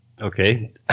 Okay